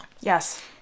Yes